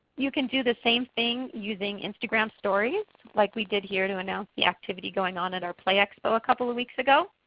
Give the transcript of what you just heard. you can do the same thing using instagram stories like we did here to announce the activities going on in our play expo a couple of weeks ago.